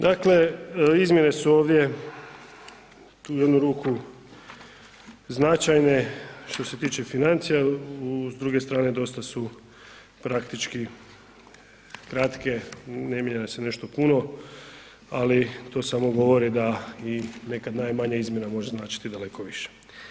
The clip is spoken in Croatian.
Dakle, izmjene su ovdje na jednu ruku značajne što se tiče financija, s druge strane dosta su praktički kratke, ne mijenja se nešto puno, ali to samo govori da i nekad najmanja izmjena može značiti daleko više.